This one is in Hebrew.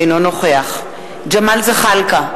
אינו נוכח ג'מאל זחאלקה,